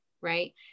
right